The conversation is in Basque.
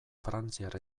frantziar